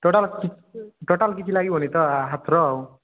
total total କିଛି ଲାଗିବନି ତ ହାତର